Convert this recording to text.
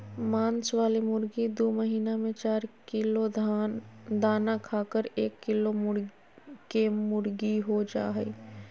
मांस वाली मुर्गी दू महीना में चार किलो दाना खाकर एक किलो केमुर्गीहो जा हइ